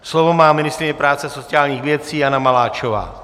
Slovo má ministryně práce a sociálních věcí Jana Maláčová.